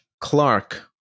Clark